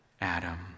Adam